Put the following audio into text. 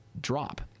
drop